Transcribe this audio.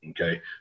Okay